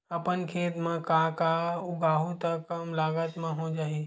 अपन खेत म का का उगांहु त कम लागत म हो जाही?